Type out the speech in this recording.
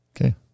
Okay